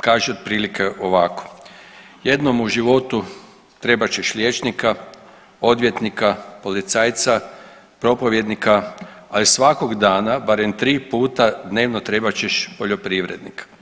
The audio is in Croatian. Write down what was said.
kaže otprilike ovako „Jednom u životu trebat ćeš liječnika, odvjetnika, policajca, propovjednika, ali svakog dana barem tri puta dnevno trebat ćeš poljoprivrednika“